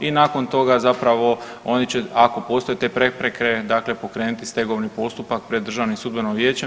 I nakon toga zapravo oni će ako postoje te prepreke dakle pokrenuti stegovni postupak pred Državnim sudbenim vijećem.